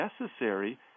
necessary